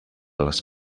les